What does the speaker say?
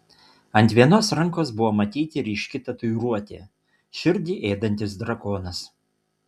ant vienos rankos buvo matyti ryški tatuiruotė širdį ėdantis drakonas